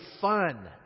fun